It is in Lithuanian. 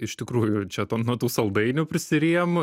iš tikrųjų čia to nuo tų saldainių prisirijom